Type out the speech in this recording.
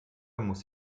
muss